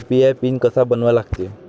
UPI PIN कसा बनवा लागते?